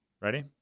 Ready